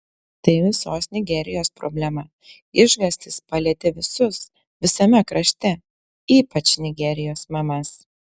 tai visos nigerijos problema išgąstis palietė visus visame krašte ypač nigerijos mamas